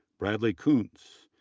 bradley koontz,